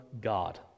God